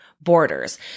borders